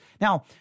now